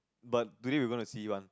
but today we gonna see one